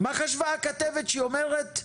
מה חשבה הכתבת כשהיא אומרת: